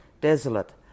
Desolate